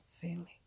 feeling